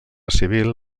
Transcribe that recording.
civil